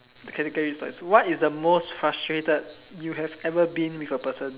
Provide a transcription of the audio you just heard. the category is like what is the most frustrated you have every been with a person